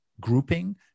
grouping